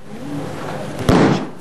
בבקשה.